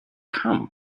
come